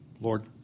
Lord